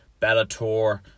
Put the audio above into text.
Bellator